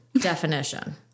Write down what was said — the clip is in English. definition